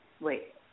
Wait